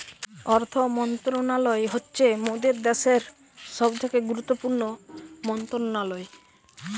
অর্থ মন্ত্রণালয় হচ্ছে মোদের দ্যাশের সবথেকে গুরুত্বপূর্ণ মন্ত্রণালয়